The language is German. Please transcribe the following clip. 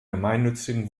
gemeinnützigen